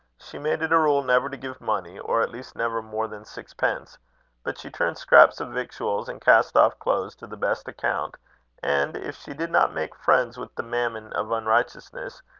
she made it a rule never to give money, or at least never more than sixpence but she turned scraps of victuals and cast-off clothes to the best account and, if she did not make friends with the mammon of unrighteousness,